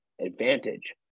advantage